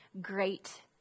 great